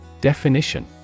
Definition